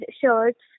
shirts